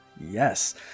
Yes